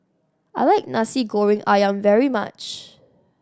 I like Nasi Goreng Ayam very much